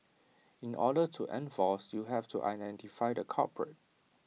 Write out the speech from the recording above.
in order to enforce you have to identify the culprit